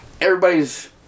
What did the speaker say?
everybody's